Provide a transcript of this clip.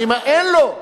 אין לו.